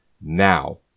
now